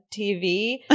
TV